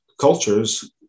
cultures